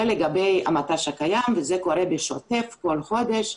זה לגבי המט"ש הקיים וזה קורה בשוטף כל חודש,